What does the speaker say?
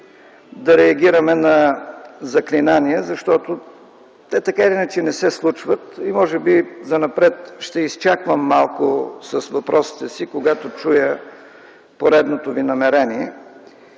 да реагираме на заклинания, защото те, така или иначе, не се случват. Може би занапред ще изчаквам малко с въпросите си, когато чуя поредното Ви намерение.